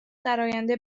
درآینده